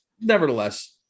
nevertheless